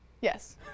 Yes